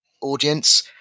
audience